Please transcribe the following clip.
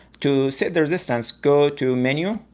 to set the resistance go to menu,